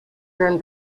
burn